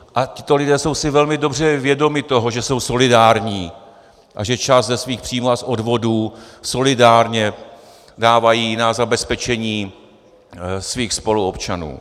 A tito lidé jsou si velmi dobře vědomi toho, že jsou solidární a že část ze svých příjmů a odvodů solidárně dávají na zabezpečení svých spoluobčanů.